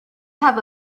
have